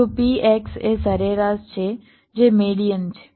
જો P x એ સરેરાશ છે જે મેડીઅન છે